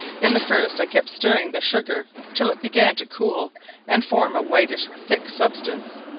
in the first i kept stirring the sugar till it began to cool and form a whitish thick substance,